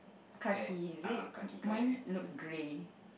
khaki is it mine looks gray